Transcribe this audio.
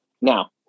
Now